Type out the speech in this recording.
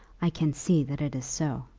i can see that it is so.